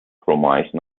promise